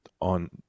on